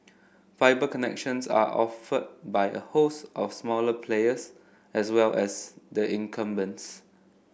fibre connections are offered by a host of smaller players as well as the incumbents